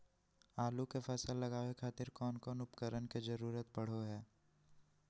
आलू के फसल लगावे खातिर कौन कौन उपकरण के जरूरत पढ़ो हाय?